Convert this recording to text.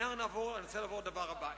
נעבור לדבר הבא.